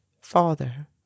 father